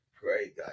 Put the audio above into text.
Great